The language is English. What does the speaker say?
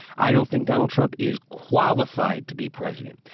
i don't think donald trump is qualified to be president.